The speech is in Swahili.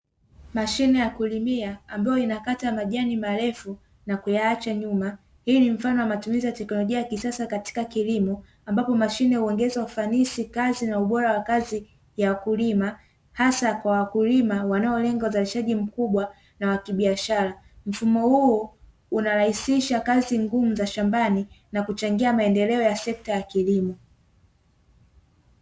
Mashine ya kulimia ambayo inakata majani marefu na kuyaacha nyuma, hii ni mfano wa matumizi ya teknolojia ya kisasa katika kilimo, ambapo mashine huongeza ufanisi kazi na ubora wa kazi ya wakulima hasa kwa wakulima wanaolenga uzalishaji mkubwa na wa kibiashara. Mfumo huu unarahisisha kazi ngumu za shambani na kuchangia maendeleo ya sekta ya kilimo.